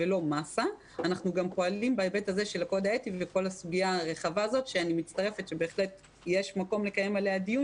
אנחנו גם נענים לקוד האתי שבהחלט יש מקום לקיים דיון